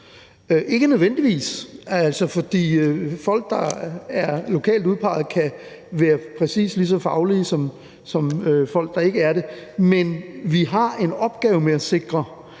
ikke nødvendigvis, for folk, der er lokalt udpegede, kan være præcis lige så faglige som folk, der ikke er det. Men vi har en opgave med at sikre,